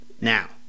Now